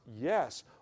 Yes